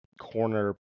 corner